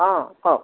অঁ কওক